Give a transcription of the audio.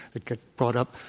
that get brought up.